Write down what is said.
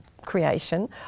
Creation